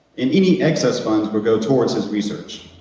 and any excess fund will go toward his research.